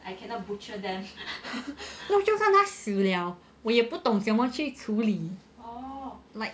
就算他死 liao 我也不懂怎么去处理